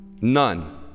none